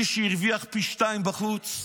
איש שהרוויח פי שניים בחוץ.